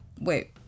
Wait